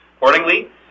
Accordingly